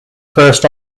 first